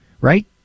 right